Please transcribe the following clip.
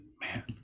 Man